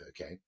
okay